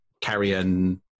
Carrion